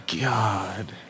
god